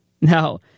Now